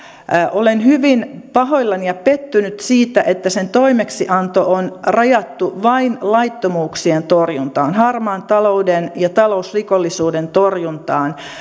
olen hyvin pahoillani ja pettynyt siihen että sen toimeksianto on rajattu vain laittomuuksien torjuntaan harmaan talouden ja talousrikollisuuden torjuntaan